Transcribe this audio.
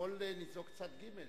לכל ניזוק צד ג'.